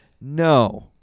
No